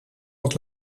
het